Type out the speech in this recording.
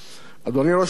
אדוני ראש הממשלה,